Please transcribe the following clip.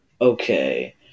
Okay